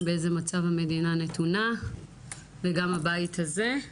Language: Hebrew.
באיזה מצב המדינה נתונה וגם הבית הזה.